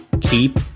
keep